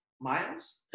miles